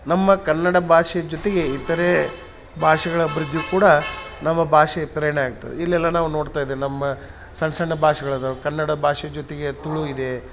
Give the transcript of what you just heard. ನಮ್ಮ ಕನ್ನಡ ಭಾಷೆ ಜೊತೆಗೆ ಇತರೇ ಭಾಷೆಗಳ ಅಭಿವೃದ್ಧಿ ಕೂಡ ನಮ್ಮ ಭಾಷೆ ಪ್ರೇರಣೆ ಆಗ್ತದೆ ಇಲ್ಲೆಲ್ಲ ನಾವು ನೋಡ್ತಾಯಿದ್ದೇವೆ ನಮ್ಮ ಸಣ್ಣ್ ಸಣ್ಣ ಭಾಷೆಗಳದಾವ ಕನ್ನಡ ಭಾಷೆ ಜೊತೆಗೆ ತುಳು ಇದೆ